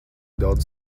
daudz